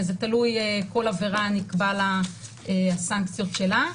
זה תלוי, כל עבירה נקבע לה הסנקציות שלה.